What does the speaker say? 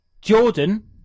Jordan